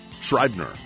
Schreiber